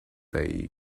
they